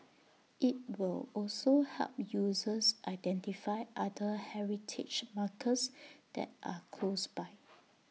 IT will also help users identify other heritage markers that are close by